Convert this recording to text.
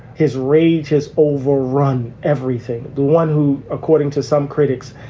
his rage has overrun everything. the one who, according to some critics,